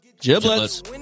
giblets